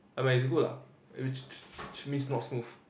ya but it's good ah not smooth